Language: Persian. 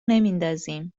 نمیندازیم